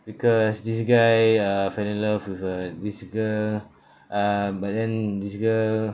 because this guy uh fell in love with a this girl uh but then this girl